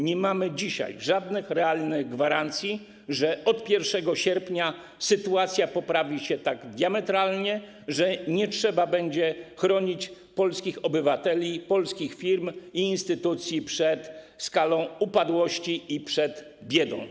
Nie mamy dzisiaj żadnych realnych gwarancji, że np. od 1 sierpnia sytuacja poprawi się tak diametralnie, że nie trzeba będzie chronić polskich obywateli, polskich firm ani instytucji przed upadłością i biedą.